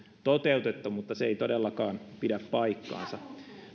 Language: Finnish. toteutettu mutta se ei todellakaan pidä paikkansa